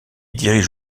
dirige